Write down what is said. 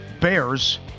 Bears